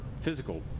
physical